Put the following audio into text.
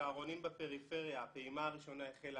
צהרונים בפריפריה הפעימה הראשונה החלה